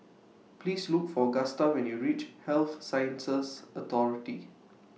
Please Look For Gusta when YOU REACH Health Sciences Authority